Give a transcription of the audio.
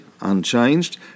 unchanged